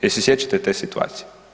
Jel se sjećate te situacije?